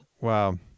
Wow